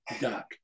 duck